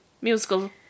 musical